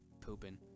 pooping